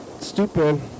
stupid